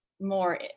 more